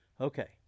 Okay